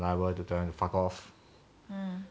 I'm liable to tell them to fuck off